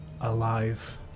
alive